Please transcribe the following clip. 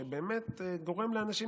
באמת גורם לאנשים,